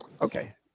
Okay